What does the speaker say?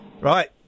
Right